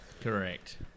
Correct